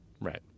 Right